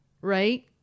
right